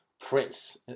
Prince